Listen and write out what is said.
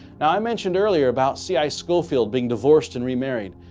now i mentioned earlier about c i. scofield being divorced and remarried.